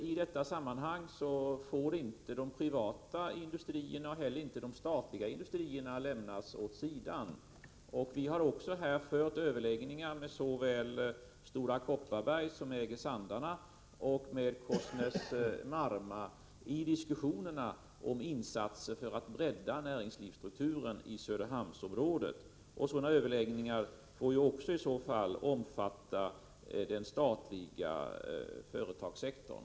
I detta sammanhang får inte de privata industrierna — och inte heller de statliga — lämnas åt sidan. Vi har i diskussionerna om insatser för att rädda näringslivsstrukturen i Söderhamnsområdet fört överläggningar med såväl Stora Kopparberg — som äger Sandarne — som Korsnäs-Marma. Sådana överläggningar får också omfatta den statliga företagssektorn.